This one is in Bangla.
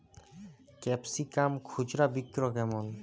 ক্যাপসিকাম খুচরা বিক্রি কেমন?